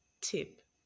tip